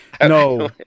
No